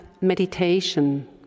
meditation